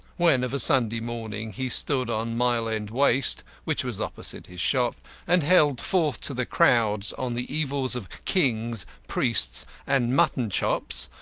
when of a sunday morning he stood on mile-end waste, which was opposite his shop and held forth to the crowd on the evils of kings, priests, and mutton chops,